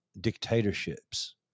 dictatorships